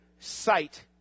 sight